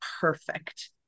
perfect